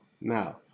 Now